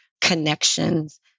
connections